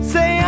Say